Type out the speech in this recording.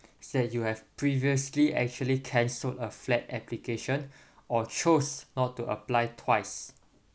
said you have previously actually cancelled a flat application or chose not to apply twice